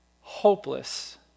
Hopeless